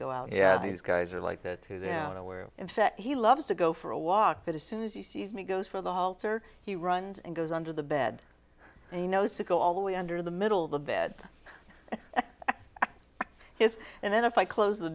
go out yeah these guys are like that to them nowhere in fact he loves to go for a walk but as soon as he sees me goes for the halter he runs and goes under the bed and he knows to go all the way under the middle of the bed his and then if i close the